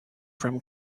from